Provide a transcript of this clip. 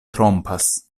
trompas